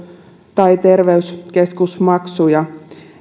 tai terveyskeskusmaksuja